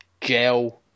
gel